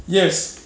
yes